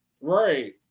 Right